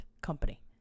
company